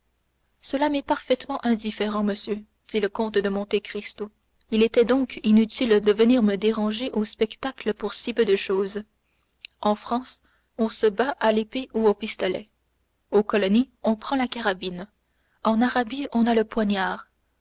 cela m'est parfaitement indifférent monsieur dit le comte de monte cristo il était donc inutile de venir me déranger au spectacle pour si peu de chose en france on se bat à l'épée ou au pistolet aux colonies on prend la carabine en arabie on a le poignard